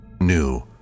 New